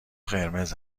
قرمز